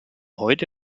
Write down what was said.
heute